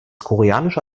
koreanische